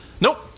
Nope